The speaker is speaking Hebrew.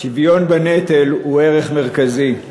שוויון בנטל הוא ערך מרכזי.